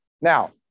Now